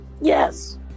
yes